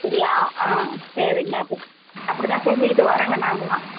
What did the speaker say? சரியா ஆ சரிங்க நான் அப்படி தான் செஞ்சுக்கிட்டு வர்றேங்க நாங்கெல்லாம்